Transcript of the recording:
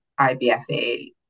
IBFA